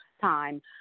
time